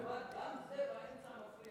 אבל גם זה באמצע מפריע.